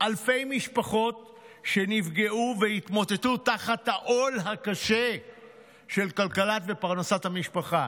אלפי משפחות שנפגעו והתמוטטו תחת העול הקשה של כלכלת ופרנסת המשפחה.